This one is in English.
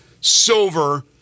Silver